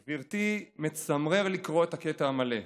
גברתי, מצמרר לקרוא את הקטע המלא.